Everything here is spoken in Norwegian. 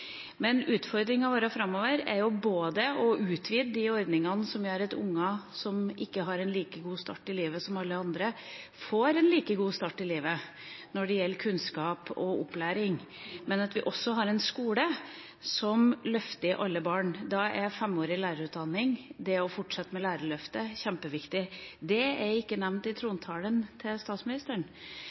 Men utfordringa vår framover er både å utvide de ordningene som gjør at unger som ikke har en like god start i livet som alle andre, får en like god start i livet når det gjelder kunnskap og opplæring, og at vi har en skole som løfter alle barn. Da er femårig lærerutdanning, det å fortsette med Lærerløftet, kjempeviktig. Det ble ikke nevnt i trontalen til statsministeren,